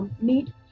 need